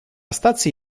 stacji